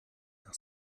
nach